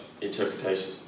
interpretation